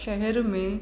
शहर में